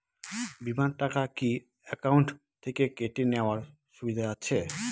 বিমার টাকা কি অ্যাকাউন্ট থেকে কেটে নেওয়ার সুবিধা আছে?